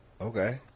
Okay